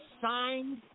signed